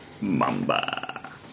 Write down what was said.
Mamba